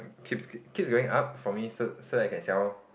keeps keeps going up for me so so that I can sell